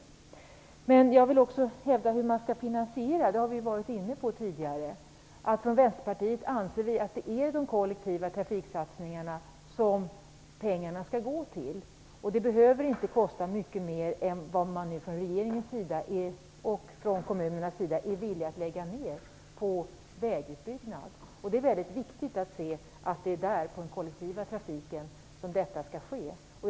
Vi har tidigare varit inne på frågan hur detta skall finansieras, och vi i Vänsterpartiet anser att pengarna skall gå till de kollektiva trafiksatsningarna. Det behöver inte kosta mycket mer än vad man från regeringens sida och från kommunernas sida nu är villiga att lägga på vägutbyggnad. Det är väldigt viktigt att se att det är på kollektivtrafiken som satsningarna skall göras.